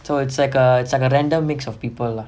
so it's like a it's like a random mix of people lah